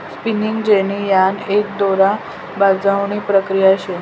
spinning jenny राय एक दोरा बजावणी प्रक्रिया शे